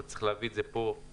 אבל צריך להביא את זה פה לדיון.